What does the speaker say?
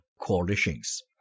coalitions